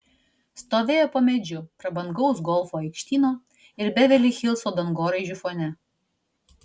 stovėjo po medžiu prabangaus golfo aikštyno ir beverli hilso dangoraižių fone